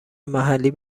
محلی